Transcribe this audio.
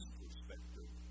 perspective